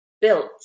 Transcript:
built